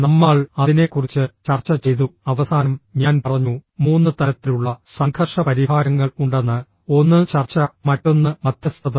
നമ്മ ൾ അതിനെക്കുറിച്ച് ചർച്ച ചെയ്തു അവസാനം ഞാൻ പറഞ്ഞു മൂന്ന് തലത്തിലുള്ള സംഘർഷ പരിഹാരങ്ങൾ ഉണ്ടെന്ന് ഒന്ന് ചർച്ച മറ്റൊന്ന് മധ്യസ്ഥത